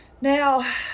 now